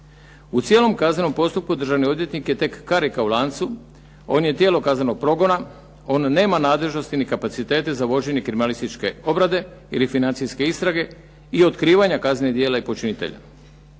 U cijelom kaznenom postupku državni odvjetnik je karika u lancu, on je tijelo kaznenog progona, on nema nadležnosti ni kapacitete za vođenje kriminalističke obrade ili financijske istrage i otkrivanja kaznenih djela i počinitelja.